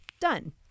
done